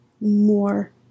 more